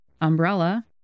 umbrella